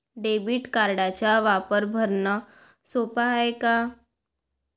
Debit कार्डचा वापर भरनं सोप हाय का?